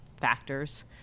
factors